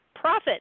profit